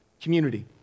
community